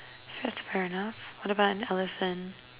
that's fair enough what about an elephant